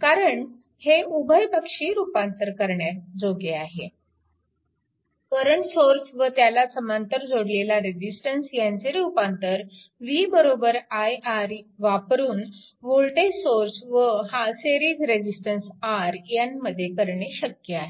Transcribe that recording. कारण हे उभयपक्षी रूपांतर करण्याजोगे आहे करंट सोर्स व त्याला समांतर जोडलेला रेजिस्टन्स ह्यांचे रूपांतर v i R वापरून वोल्टेज सोर्स व हा सिरीज रेजिस्टन्स R यांमध्ये करणे शक्य आहे